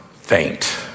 faint